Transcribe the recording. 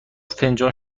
فنجان